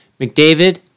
McDavid